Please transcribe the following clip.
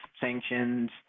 sanctions